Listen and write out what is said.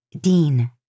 Dean